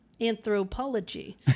anthropology